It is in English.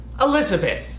Elizabeth